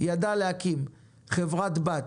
כדי להבין את הדבר הזה,